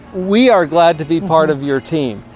we are glad to be part of your team.